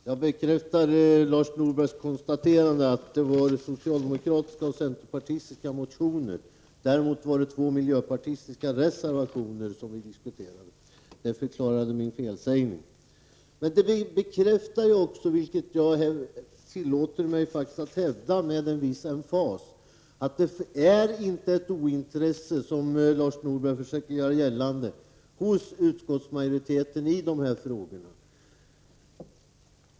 Herr talman! Jag bekräftar Lars Norbergs konstaterande att det var socialdemokratiska och centerpartistiska motioner. Däremot var det två miljöpartistiska reservationer som vi debatterade. Det förklarar min felsägning. Men det bekräftar också, vilket jag tillåter mig att hävda men en viss emfas, att det är inte ett ointresse, som Lars Norberg försöker göra gällande, hos utskottsmajoriteten i de här frågorna.